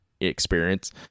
experience